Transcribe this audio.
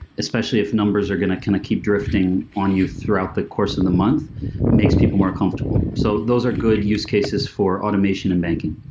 especially if numbers are going to kind of keep drifting on you throughout the course of the month. it makes people more comfortable. so those are good use cases for automation and banking.